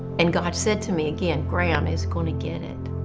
and god said to me again, graham is going to get it.